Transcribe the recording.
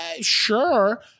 Sure